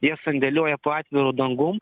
jas sandėliuoja po atviru dangum